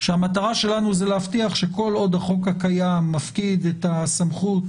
שהמטרה שלנו זה להבטיח שכל עוד החוק הקיים מפקיד את הסמכות